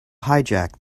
hijack